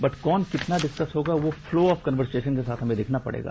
but कौन कितना discuss होगा वो फ्लो ऑफ क्नवर्सेसन के साथ हमे देखना पड़ेगा